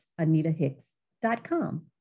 anitahicks.com